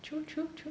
true true true